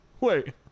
Wait